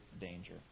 danger